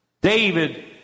David